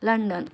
London